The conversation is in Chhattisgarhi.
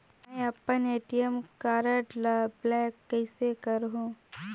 मै अपन ए.टी.एम कारड ल ब्लाक कइसे करहूं?